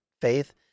faith